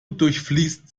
durchfließt